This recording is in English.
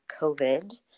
COVID